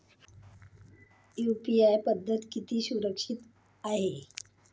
UPI पद्धत किती सुरक्षित आहे?